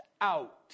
out